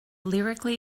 lyrically